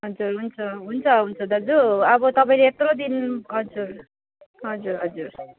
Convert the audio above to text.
हजुर हुन्छ हुन्छ हुन्छ दाजु अब तपाईँले यत्रो दिन हजुर हजुर हजुर